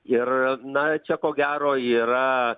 ir na čia ko gero yra